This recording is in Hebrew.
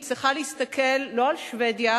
היא צריכה להסתכל לא על שבדיה,